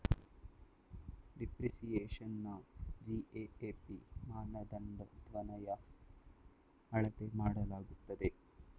ಡಿಪ್ರಿಸಿಯೇಶನ್ನ GAAP ಮಾನದಂಡದನ್ವಯ ಅಳತೆ ಮಾಡಲಾಗುತ್ತದೆ